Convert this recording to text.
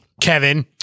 Kevin